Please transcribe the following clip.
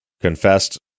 confessed